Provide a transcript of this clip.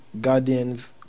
guardians